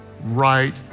right